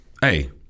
hey –